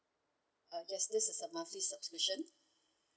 uh yes this is a monthly subscription